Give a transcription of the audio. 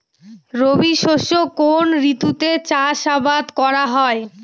রবি শস্য কোন ঋতুতে চাষাবাদ করা হয়?